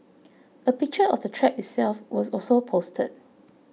a picture of the trap itself was also posted